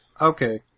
Okay